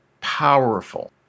powerful